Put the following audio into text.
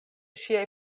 ŝiaj